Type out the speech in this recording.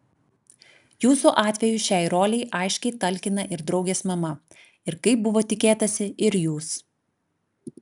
jūsų atveju šiai rolei aiškiai talkina ir draugės mama ir kaip buvo tikėtasi ir jūs